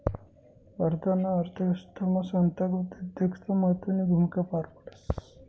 भारताना अर्थव्यवस्थामा संस्थागत उद्योजकता महत्वनी भूमिका पार पाडस